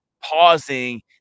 pausing